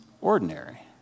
ordinary